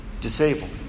disabled